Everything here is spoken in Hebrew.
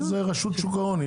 זה רשות שוק ההון.